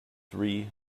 three